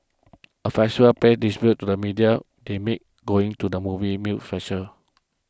a festivals pay dispute to the medium they make going to the movies meal special